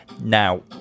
Now